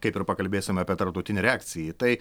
kaip ir pakalbėsim apie tarptautinę reakciją į tai